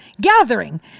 gathering